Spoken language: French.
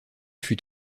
fut